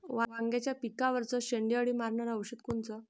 वांग्याच्या पिकावरचं शेंडे अळी मारनारं औषध कोनचं?